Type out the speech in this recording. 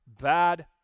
Bad